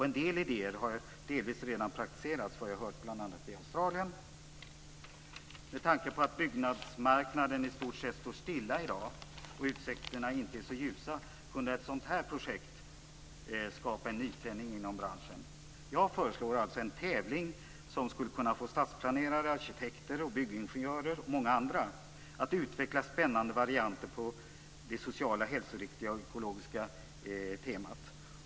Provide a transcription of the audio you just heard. En del idéer har redan, det har jag hört, delvis praktiserats, bl.a. i Australien. Med tanke på att byggmarknaden i dag i stort sett står stilla och utsikterna inte är så ljusa kunde ett stort projekt som detta skapa en nytändning inom branschen. Jag föreslår en tävling som skulle få stadsplanerare, arkitekter och byggingenjörer - och även många andra - att utveckla spännande varianter på det sociala, hälsoriktiga och ekologiska temat.